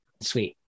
Sweet